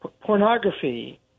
pornography